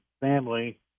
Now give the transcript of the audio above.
family